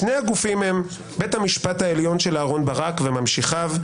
שני הגופים הם בית המשפט העליון של אהרן ברק וממשיכיו,